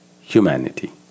humanity